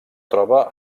troba